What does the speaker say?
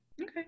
okay